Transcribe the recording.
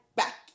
back